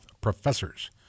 professors